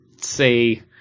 say